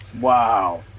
wow